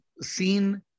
seen